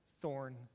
thorn